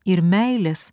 ir meilės